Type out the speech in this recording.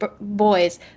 boys